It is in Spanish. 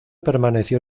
permaneció